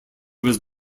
was